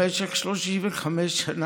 במשך 35 שנה,